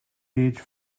age